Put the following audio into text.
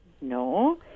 No